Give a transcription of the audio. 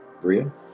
Bria